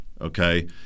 okay